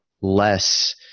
less